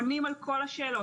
עונים על כל השאלות.